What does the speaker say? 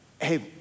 Hey